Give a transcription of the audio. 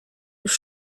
już